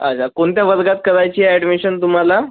अच्छा कोणत्या वर्गात करायची आहे अॅडमिशन तुम्हाला